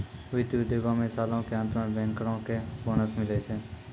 वित्त उद्योगो मे सालो के अंत मे बैंकरो के बोनस मिलै छै